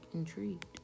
intrigued